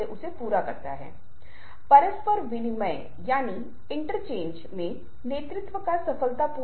हम थोड़ा आगे बढ़ें और बताएं कि यह सब हम मुख्य रूप से शरीर की भाषा के पारंपरिक पक्ष पर ध्यान केंद्रित करने के बारे में हैं